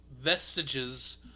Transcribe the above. vestiges